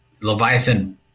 Leviathan